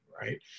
right